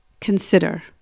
Consider